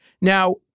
Now